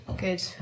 Good